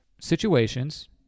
situations